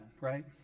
right